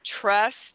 Trust